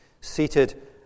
seated